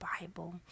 Bible